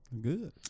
Good